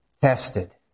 tested